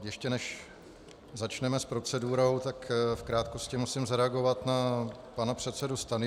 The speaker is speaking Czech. Ještě než začneme s procedurou, tak v krátkosti musím zareagovat na pana předsedu Stanjuru.